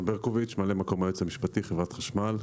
אני ממלא מקום היועץ המשפטי, חברת החשמל.